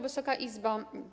Wysoka Izbo!